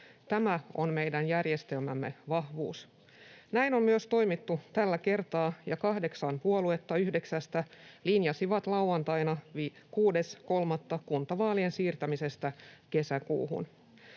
Tämä on meidän järjestelmämme vahvuus. Näin on toimittu myös tällä kertaa, ja kahdeksan puoluetta yhdeksästä linjasi lauantaina 6.3. kuntavaalien siirtämisestä kesäkuuhun.